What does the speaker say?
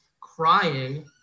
crying